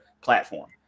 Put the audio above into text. platform